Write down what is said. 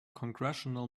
congressional